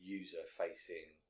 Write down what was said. user-facing